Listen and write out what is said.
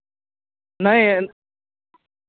ᱱᱟᱹᱭ